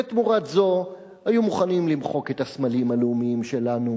ותמורת זו היו מוכנים למחוק את הסמלים הלאומיים שלנו